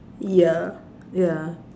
ya ya